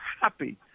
happy